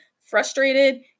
frustrated